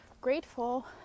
grateful